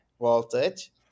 Voltage